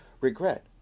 regret